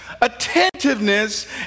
attentiveness